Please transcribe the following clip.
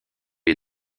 les